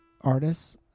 artists